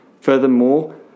Furthermore